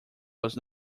was